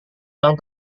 ulang